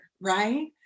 right